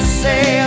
say